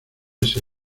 ese